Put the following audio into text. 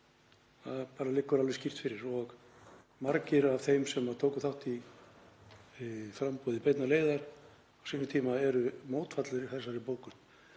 það liggur alveg skýrt fyrir. Margir af þeim sem tóku þátt í framboði Beinnar leiðar á sínum tíma eru mótfallnir þessari bókun.